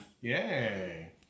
Yay